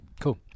Cool